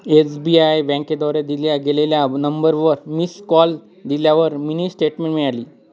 SBI बँकेद्वारे दिल्या गेलेल्या नंबरवर मिस कॉल दिल्यावर मिनी स्टेटमेंट मिळाली